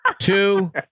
two